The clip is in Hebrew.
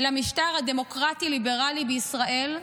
למשטר דמוקרטי ליברלי בישראל,